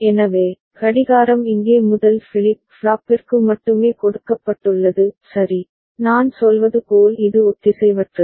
எனவே கடிகாரம் இங்கே முதல் ஃபிளிப் ஃப்ளாப்பிற்கு மட்டுமே கொடுக்கப்பட்டுள்ளது சரி நான் சொல்வது போல் இது ஒத்திசைவற்றது